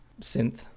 synth